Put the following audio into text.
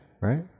right